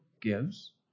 gives